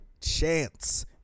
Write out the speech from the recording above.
chance